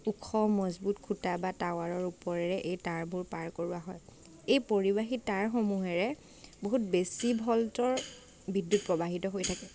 ওখ মজবুত খুঁটা বা টাৱাৰৰ ওপৰেৰে এই তাঁৰবোৰ পাৰ কৰোৱা হয় এই পৰিবাহী তাঁৰসমূহেৰে বহুত বেছি ভল্টৰ বিদ্যুৎ প্ৰবাহিত হৈ থাকে